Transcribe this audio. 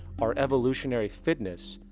our evolutionary fitness,